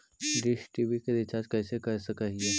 Dish TV के recharge कैसे कर सक हिय?